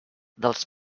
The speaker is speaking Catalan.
dels